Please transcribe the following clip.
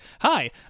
Hi